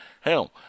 Hell